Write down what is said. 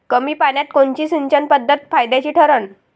कमी पान्यात कोनची सिंचन पद्धत फायद्याची ठरन?